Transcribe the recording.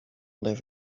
live